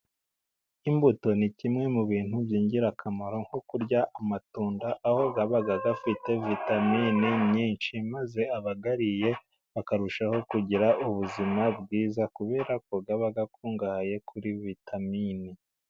Imbuto ni kimwe mu bintu by'ingirakamaro. Nko kurya amatunda, aho aba afite vitamine nyinshi, maze abayariye bakarushaho kugira ubuzima bwiza kubera ko aba akungahaye kuri vitamine.